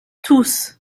tous